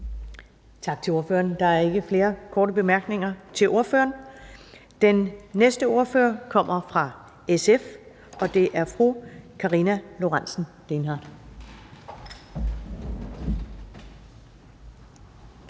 Tak til ordføreren. Der er ikke flere korte bemærkninger til ordføreren. Den næste ordfører er fra Alternativet, og det er hr.